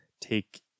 take